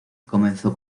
comenzó